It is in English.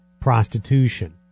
prostitution